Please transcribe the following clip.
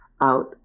out